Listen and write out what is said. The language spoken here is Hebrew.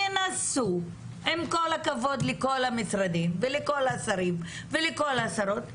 עם כל הכבוד לכל המשרדים ולכל השרים ולכל השרות,